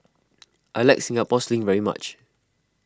I like Singapore Sling very much